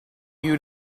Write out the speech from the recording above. you